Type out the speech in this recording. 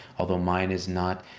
although mine is not,